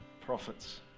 prophets